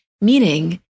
Meaning